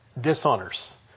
dishonors